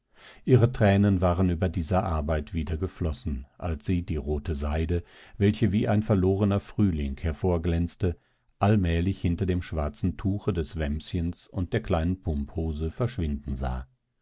ihre tränen waren über dieser arbeit wieder geflossen als sie die rote seide welche wie ein verlorener frühling hervorglänzte allmählich hinter dem schwarzen tuche des wämschens und der kleinen pumphose verschwinden sah